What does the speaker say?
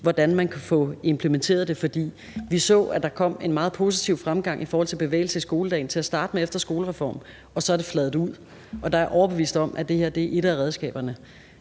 hvordan man kan få implementeret det. For vi så, at der kom en meget positiv fremgang i forhold til bevægelse i skoledagen til at starte med efter skolereformen, og så er det fladet ud. Og der er jeg overbevist om, at det her er et af redskaberne.